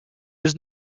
was